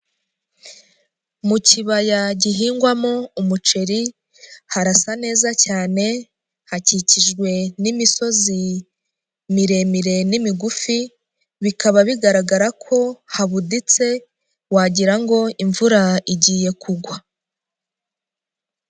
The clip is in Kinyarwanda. Mu kibaya gihingwamo umuceri harasa neza cyane hakikijwe n'imisozi miremire n'imigufi bikaba bigaragara ko habuditse wagira ngo imvura igiye kugwa.